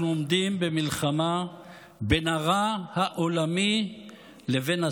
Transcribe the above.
אנחנו עומדים במלחמה בין הרע העולמי לבין הטוב,